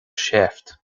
seift